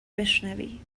بشنوی